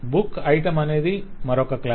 book item అనేది మరొక class